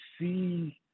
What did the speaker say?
see